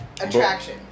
attraction